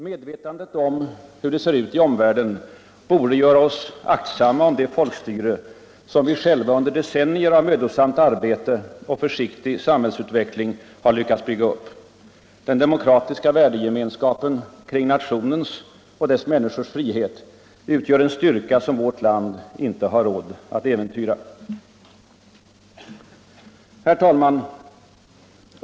Medvetandet om hur det ser ut i omvärlden borde göra oss aktsamma om det folkstyre som vi själva under decennier av mödosamt arbete och försiktig samhällsutveckling har lyckats bygga upp. Den demokratiska värdegemenskapen kring nationens och dess människors frihet utgör en styrka, som vårt land inte har råd att äventyra. Herr talman!